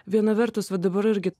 viena vertus va dabar irgi